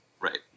Right